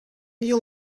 you